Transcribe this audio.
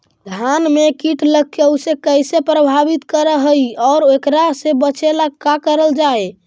धान में कीट लगके उसे कैसे प्रभावित कर हई और एकरा से बचेला का करल जाए?